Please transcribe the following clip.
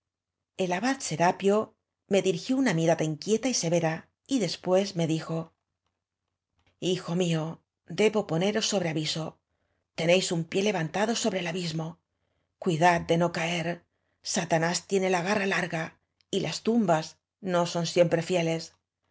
el abad serapio me dirigió una mirada inquieta y severa y después me dijo hijo mío debo poneros sobre aviso tenéis un pié levantado sobre el abism o cuidad de no caer satanás tiene la garra larga y las tumbas no son siempre ñeles